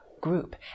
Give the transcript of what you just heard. group